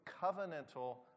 covenantal